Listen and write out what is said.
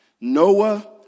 Noah